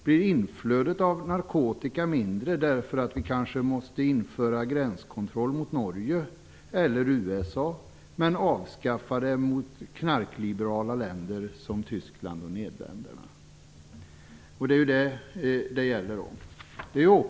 Blir inflödet av narkotika mindre därför att vi kanske måste införa gränskontroll mot Norge eller USA men avskaffa den mot knarkliberala länder som Tyskland och Nederländerna? Det är ju vad det gäller.